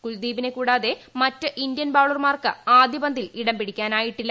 കുൽദീപിനെ കൂടാതെ മറ്റ് ഇന്ത്യൻ ബൌളർമാർക്ക് ആദൃ പത്തിൽ ഇടം പിടിക്കാനായില്ല